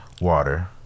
water